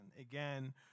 Again